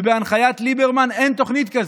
ובהנחיית ליברמן אין תוכנית כזאת.